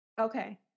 Okay